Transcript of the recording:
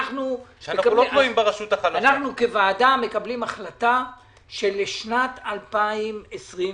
אנחנו כוועדה מקבלים החלטה שלשנת 2022,